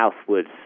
southwards